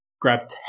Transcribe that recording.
grabbed